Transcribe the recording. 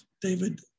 David